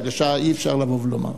הרגשה, אי-אפשר לבוא ולומר.